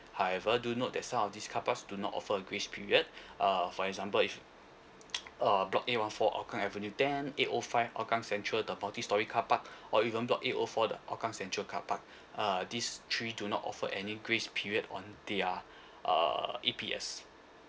however do note that some of these car parks do not offer a grace period uh for example if uh block A one four hougang avenue ten A O five hougang central the multi storey car park or even block A O four the hougang central car park uh these three do not offer any grace period on the uh err E_P_S